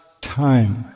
time